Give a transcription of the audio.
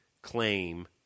Claim